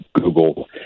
Google